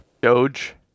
Doge